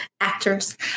Actors